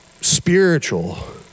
spiritual